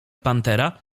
pantera